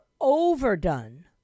overdone